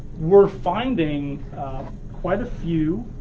we're finding quite a few,